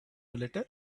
letter